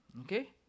okay